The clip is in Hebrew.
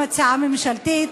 שתקדם גם הצעה ממשלתית,